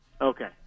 okay